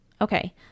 Okay